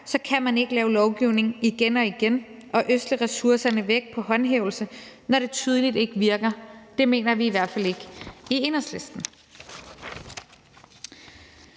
så kan man ikke lave lovgivning igen og igen og ødsle ressourcerne væk på håndhævelse, når det tydeligvis ikke virker. Det mener vi i hvert fald i Enhedslisten.